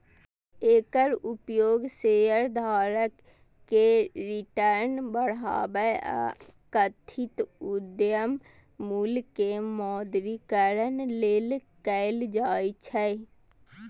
एकर उपयोग शेयरधारक के रिटर्न बढ़ाबै आ कथित उद्यम मूल्य के मौद्रीकरण लेल कैल जाइ छै